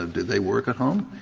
do they work at home.